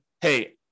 hey